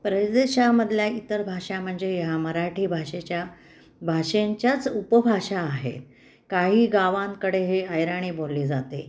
प्रदेशामधल्या इतर भाषा म्हणजे ह्या मराठी भाषेच्या भाषेच्याच उपभाषा आहेत काही गावांकडे हे अहिराणी बोलली जाते